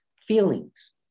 feelings